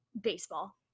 Baseball